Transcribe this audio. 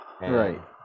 right